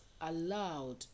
allowed